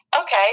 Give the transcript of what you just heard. Okay